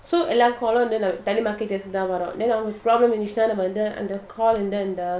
so எல்லோரும்:ellorum telemarketers வரும்:varum then அவங்க:avanga problem வந்துஅந்த:vandhu andha call அந்த:andha